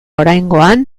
oraingoan